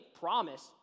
promise